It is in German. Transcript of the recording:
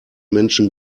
menschen